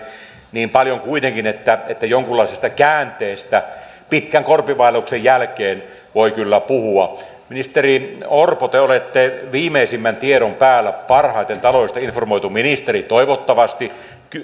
niin paljon kuitenkin että että jonkunlaisesta käänteestä pitkän korpivaelluksen jälkeen voi kyllä puhua ministeri orpo te olette viimeisimmän tiedon päällä parhaiten taloudesta informoitu ministeri toivottavasti